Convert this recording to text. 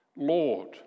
Lord